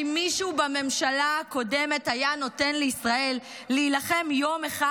מישהו בממשלה הקודמת היה נותן לישראל להילחם יום אחד?